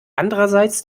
andererseits